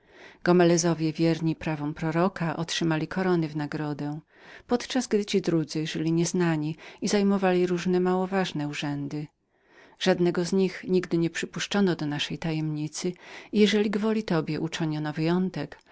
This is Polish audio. gomelezowie wierni prawom proroka otrzymali korony w nagrodę podczas gdy drudzy żyli nieznani i zajmowali różne małoważne urzęda żadnego z tych drugich nigdy nie przypuszczono do świadomości naszej tajemnicy i jeżeli gwoli tobie uczyniono wyjątek